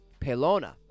Pelona